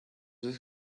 that